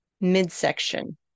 midsection